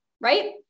right